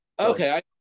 Okay